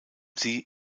sie